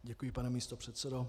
Děkuji, pane místopředsedo.